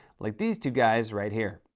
like these two guys right here.